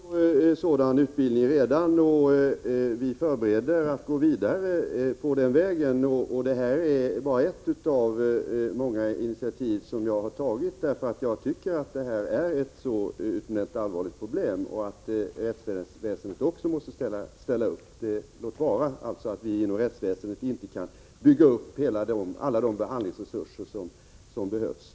Herr talman! Det pågår alltså redan sådan utbildning, och vi förbereder att gå vidare på den vägen. Detta är bara ett av många initiativ som jag har tagit därför att jag tycker att det här är ett utomordentligt allvarligt problem och att även rättsväsendet måste ställa upp — låt vara att vi inte inom rättsväsendet kan bygga upp alla de behandlingsresurser som behövs.